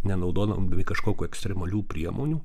nenaudodami kažkokių ekstremalių priemonių